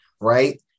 right